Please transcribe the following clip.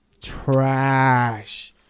Trash